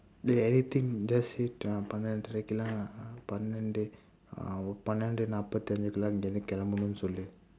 dey anything just say uh பன்னிரண்டரைக்கு எல்லாம் பன்னிரண்டு:pannirandaraikku ellaam pannirandu uh பன்னிரண்டு நாற்பத்தி ஐந்துக்கு எல்லாம் கிளம்பனுமுன்னு சொல்லு:pannirandu naarpaththi aindthukku ellaam kilampanumunnu sollu